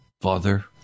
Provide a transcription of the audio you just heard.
Father